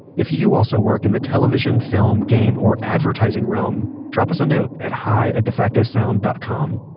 if you also work in the television, film, game or advertising realm, drop us a note at hi at defactosound dot com.